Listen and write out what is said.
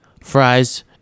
Fries